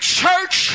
church